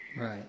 Right